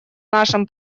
нашем